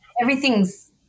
everything's